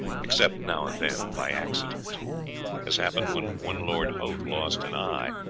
except now and then by accident as happened when one lord hoath lost an eye,